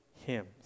hymns